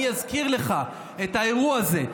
אני אזכיר לך את האירוע הזה,